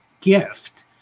gift